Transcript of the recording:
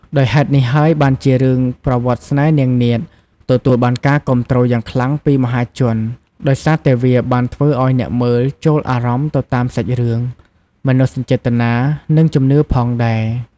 ដោយហេតុនេះហើយបានជារឿងប្រវត្តិស្នេហ៍នាងនាថទទួលបានការគាំទ្រយ៉ាងខ្លាំងពីមហាជន ដោយសារតែវាបានធ្វើអោយអ្នកមើលចូលអារម្មណ៍ទៅតាមសាច់រឿង មនោសញ្ចេតនា និងជំនឿផងដែរ ។